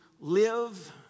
live